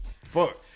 Fuck